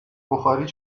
بخاری